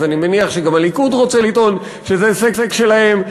אז אני מניח שגם הליכוד רוצה לטעון שזה הישג שלו,